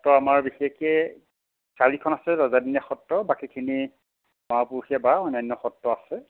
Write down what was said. সত্ৰ আমাৰ বিশেষকৈ চাৰিখন আছে ৰজাদিনীয়া সত্ৰ বাকীখিনি বাৰপুৰুষীয়া বা অন্যান্য সত্ৰ আছে